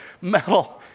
metal